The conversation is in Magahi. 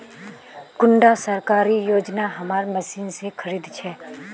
कुंडा सरकारी योजना हमार मशीन से खरीद छै?